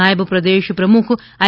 નાયબ પ્રદેશ પ્રમુખ આઈ